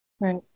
Right